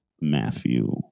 Matthew